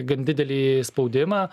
gan didelį spaudimą